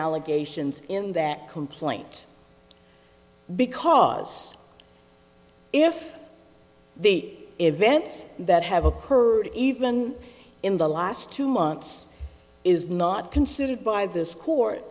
allegations in that complaint because if the events that have occurred even in the last two months is not considered by this court